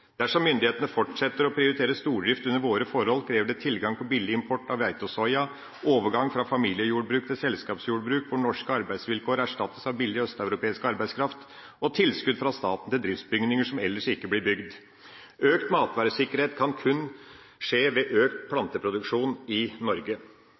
Dersom myndighetene fortsetter å prioritere stordrift under våre forhold, krever det tilgang på billig import av hvete og soya, overgang fra familiejordbruk til selskapsjordbruk – for norske arbeidsvilkår erstattes av billig østeuropeisk arbeidskraft – og tilskudd fra staten til driftsbygninger som ellers ikke blir bygd. Økt matvaresikkerhet kan kun skje ved økt